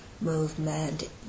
movement